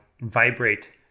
vibrate